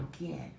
again